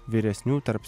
vyresnių tarp